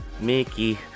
Mickey